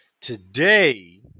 Today